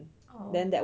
oh